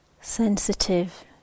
Sensitive